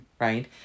right